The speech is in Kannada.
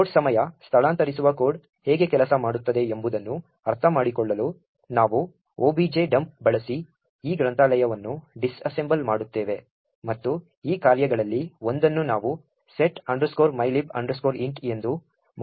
ಲೋಡ್ ಸಮಯ ಸ್ಥಳಾಂತರಿಸುವ ಕೋಡ್ ಹೇಗೆ ಕೆಲಸ ಮಾಡುತ್ತದೆ ಎಂಬುದನ್ನು ಅರ್ಥಮಾಡಿಕೊಳ್ಳಲು ನಾವು objdump ಬಳಸಿ ಈ ಗ್ರಂಥಾಲಯವನ್ನು ಡಿಸ್ಅಸೆಂಬಲ್ ಮಾಡುತ್ತೇವೆ ಮತ್ತು ಈ ಕಾರ್ಯಗಳಲ್ಲಿ ಒಂದನ್ನು ನಾವು set mylib int ಎಂದು ಮೌಲ್ಯಮಾಪನ ಮಾಡುತ್ತೇವೆ